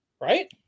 right